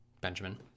Benjamin